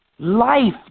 Life